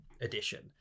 edition